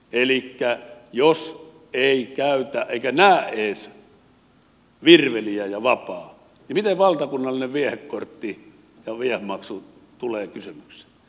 elikkä jos ei käytä eikä edes näe virveliä ja vapaa miten valtakunnallinen viehekortti ja viehemaksu tulevat kysymykseen